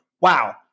wow